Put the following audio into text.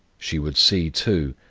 she would see, too,